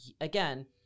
again